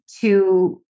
to-